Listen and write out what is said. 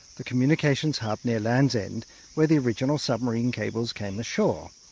the communications hut near lands end where the original submarine cables came ashore.